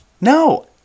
No